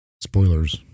Spoilers